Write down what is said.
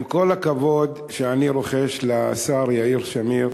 עם כל הכבוד שאני רוחש לשר יאיר שמיר,